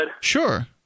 Sure